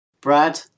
Brad